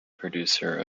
producer